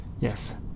Yes